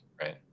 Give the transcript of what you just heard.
right